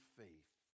faith